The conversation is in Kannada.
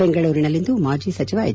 ಬೆಂಗಳೂರಿನಲ್ಲಿಂದು ಮಾಜಿ ಸಚಿವ ಹೆಚ್